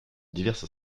diverses